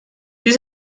dies